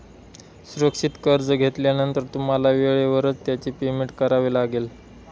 सुरक्षित कर्ज घेतल्यानंतर तुम्हाला वेळेवरच त्याचे पेमेंट करावे लागेल